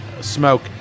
smoke